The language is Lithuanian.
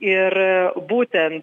ir būtent